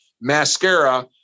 mascara